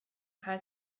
fall